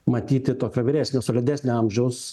matyti tokio vyresnio solidesnio amžiaus